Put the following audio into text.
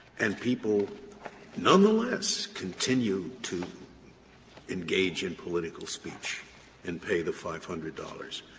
and people nonetheless continue to engage in political speech and pay the five hundred dollars.